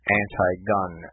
anti-gun